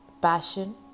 passion